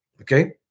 Okay